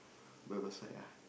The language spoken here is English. by my side ah